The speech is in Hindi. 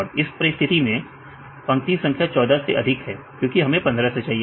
विद्यार्थी रिकॉर्ड जी हां रिकॉर्ड इस परिस्थिति में पंक्ति संख्या 14 से अधिक है क्योंकि हमें 15 से चाहिए